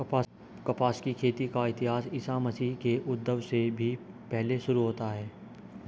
कपास की खेती का इतिहास ईसा मसीह के उद्भव से भी पहले शुरू होता है